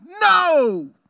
No